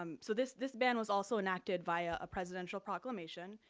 um so this this ban was also enacted via a presidential proclamation,